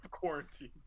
Quarantine